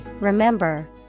remember